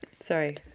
sorry